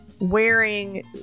wearing